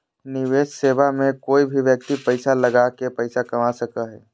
निवेश सेवा मे कोय भी व्यक्ति पैसा लगा के पैसा कमा सको हय